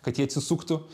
kad jie atsisuktų